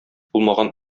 булмаган